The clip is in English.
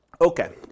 Okay